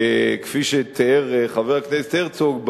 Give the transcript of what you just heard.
שכפי שתיאר חבר הכנסת הרצוג,